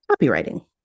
copywriting